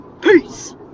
Peace